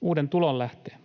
uuden tulonlähteen.